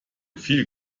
viel